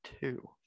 two